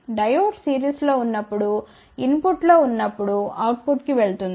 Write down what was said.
diode సిరీస్లో ఉన్నప్పుడు ఇన్పుట్లో ఉన్నప్పుడు అవుట్పుట్కు వెళ్తుంది